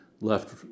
left